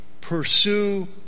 pursue